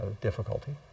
difficulty